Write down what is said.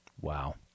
Wow